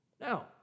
Now